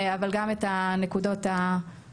אבל גם את הנקודות האפורות.